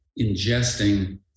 ingesting